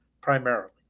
Primarily